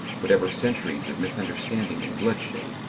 whatever centuries of misunderstanding and bloodshed,